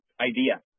idea